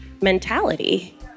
mentality